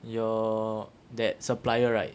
your that supplier right